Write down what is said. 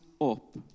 up